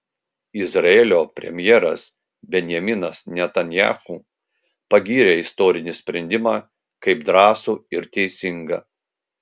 izraelio premjeras benjaminas netanyahu pagyrė istorinį sprendimą kaip drąsų ir teisingą